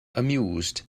amused